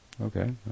okay